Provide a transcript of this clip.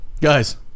Guys